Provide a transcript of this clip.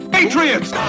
Patriots